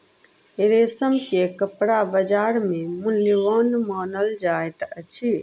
रेशम के कपड़ा बजार में मूल्यवान मानल जाइत अछि